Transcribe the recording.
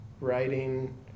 writing